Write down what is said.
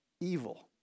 Evil